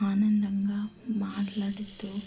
ఆనందంగా మాట్లాడుతూ